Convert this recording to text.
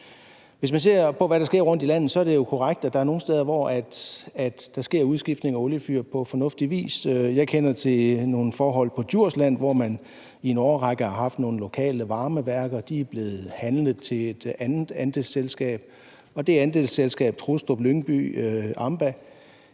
Hvis man ser på, hvad der sker rundtom i landet, så er det jo korrekt, at der er nogle steder, hvor der sker en udskiftning af oliefyr på fornuftig vis. Jeg kender til nogle forhold på Djursland, hvor man i en årrække har haft nogle lokale varmeværker, som er blevet handlet til et andet andelsselskab, Trustrup-Lyngby a.m.b.a.,